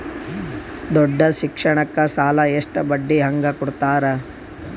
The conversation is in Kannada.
ದೊಡ್ಡ ಶಿಕ್ಷಣಕ್ಕ ಸಾಲ ಎಷ್ಟ ಬಡ್ಡಿ ಹಂಗ ಕೊಡ್ತಾರ?